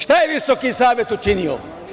Šta je Visoki savet učinio?